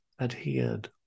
adhered